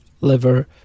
liver